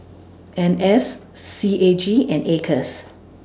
N S C A G and Acres